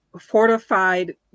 fortified